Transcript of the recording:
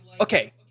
okay